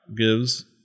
gives